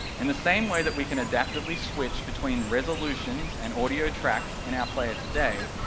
in the same way that we can adaptively switch between resolutions and audio tracks in our player today,